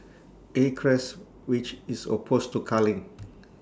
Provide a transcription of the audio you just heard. acres which is opposed to culling